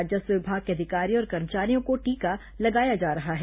राजस्व विभाग के अधिकारियों और कर्मचारियों को टीका लगाया जा रहा है